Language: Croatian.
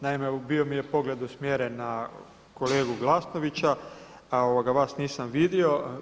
Naime, bio mi je pogled usmjeren na kolegu Glasnovića, a vas nisam vidio.